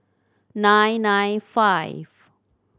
nine nine five